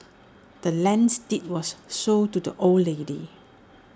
the land's deed was sold to the old lady